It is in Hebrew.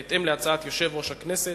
בהתאם להצעת יושב-ראש הכנסת,